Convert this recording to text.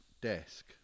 desk